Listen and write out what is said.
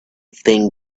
thing